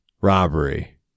robbery